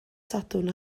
sadwrn